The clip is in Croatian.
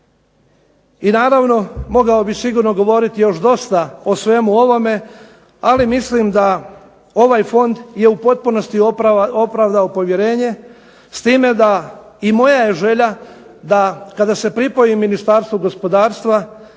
I naravno mogao bih sigurno govoriti još dosta o svemu ovome ali mislim da ovaj Fond je u potpunosti opravdao povjerenje i moja je želja da kada se pripoji Ministarstvu gospodarstva,